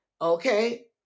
Okay